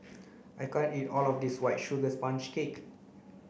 I can't eat all of this white sugar sponge cake